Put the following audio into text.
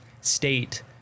state